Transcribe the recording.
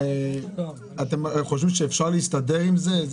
אתם חושבים שאפשר להסתדר עם זה?